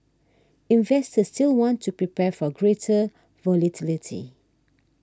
investors will want to prepare for greater volatility